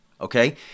okay